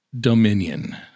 Dominion